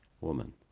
Woman